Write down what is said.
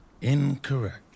Incorrect